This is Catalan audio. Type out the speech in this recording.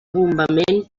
bombament